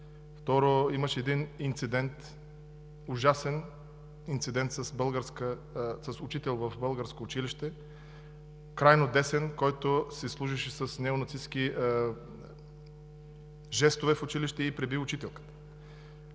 Второ, имаше един ужасен инцидент с учител в българско училище – крайнодесен, който си служеше с неонацистки жестове в училище и преби учителката.